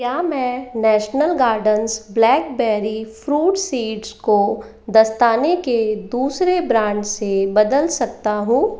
क्या मैं national gardens blackberry fruit seeds को दस्ताने के दूसरे ब्रांड से बदल सकता हूँ